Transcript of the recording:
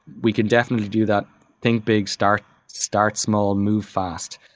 we can definitely do that think big, start start small, move fast.